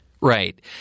Right